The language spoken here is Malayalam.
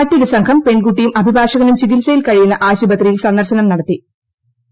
മറ്റൊരു സംഘം പെൺകുട്ടിയും അഭിഭാഷകനും ചികിത്സയിൽ കഴിയുന്ന ആശു പത്രിയിൽ സന്ദർശനം ഭൃട്ടത്തി